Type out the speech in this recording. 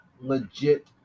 legit